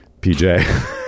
PJ